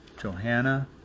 Johanna